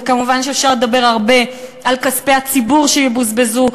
וכמובן אפשר לדבר הרבה על כספי הציבור שיבוזבזו,